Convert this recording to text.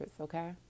okay